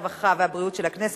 הרווחה והבריאות של הכנסת,